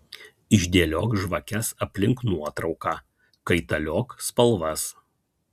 išdėliok žvakes aplink nuotrauką kaitaliok spalvas